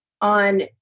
on